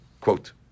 Quote